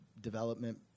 development